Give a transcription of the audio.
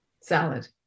Salad